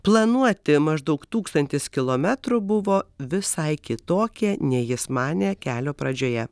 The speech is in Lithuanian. planuoti maždaug tūkstantis kilometrų buvo visai kitokie nei jis manė kelio pradžioje